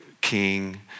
king